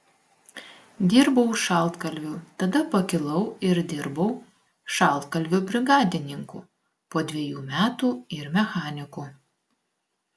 dirbau šaltkalviu tada pakilau ir dirbau šaltkalviu brigadininku po dviejų metų ir mechaniku